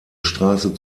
straße